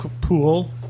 pool